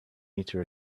meter